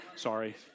sorry